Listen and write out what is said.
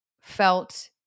felt